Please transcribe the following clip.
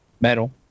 Metal